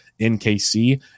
NKC